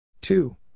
Two